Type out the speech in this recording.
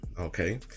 okay